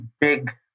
big